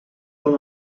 con